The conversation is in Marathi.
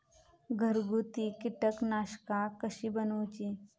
घरगुती कीटकनाशका कशी बनवूची?